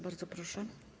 Bardzo proszę.